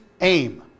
aim